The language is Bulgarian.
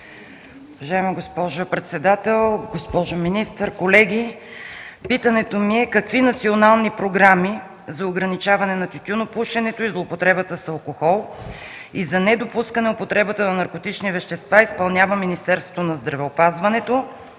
Уважаема госпожо председател, госпожо министър, колеги! Питането ми е какви национални програми за ограничаване на тютюнопушенето и злоупотребата с алкохол и за недопускане употребата на наркотични вещества изпълнява Министерството на здравеопазването,